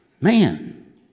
Man